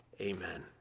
Amen